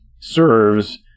serves